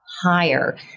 higher